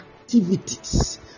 activities